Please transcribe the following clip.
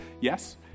yes